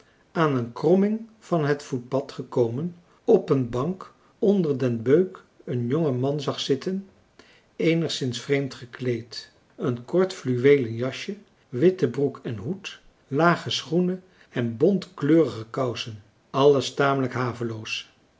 aan een kromming van het voetpad gekomen op een bank onder den beuk een jongen man zag zitten eenigszins vreemd gekleed een kort fluweelen jasje witte broek en hoed lage schoenen en bontkleurige kousen alles tamelijk haveloos